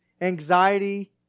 anxiety